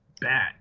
bad